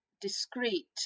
discreet